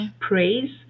Praise